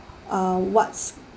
uh what's